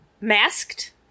masked